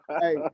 Hey